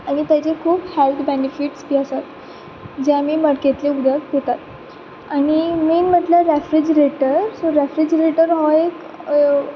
आनी ताजे खूब सायड बेनिफीट्स बी आसात जे आमी मटकेंतलें उदक पितात आनी मेन म्हटल्यार रेफ्रिजिरेटर सो रेफ्रिजिरेटर हो एक